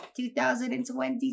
2020